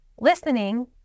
listening